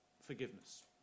forgiveness